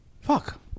Fuck